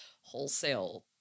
wholesale